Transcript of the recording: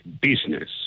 business